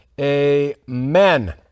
amen